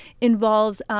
involves